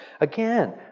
Again